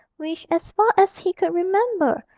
which, as far as he could remember,